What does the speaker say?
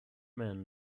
man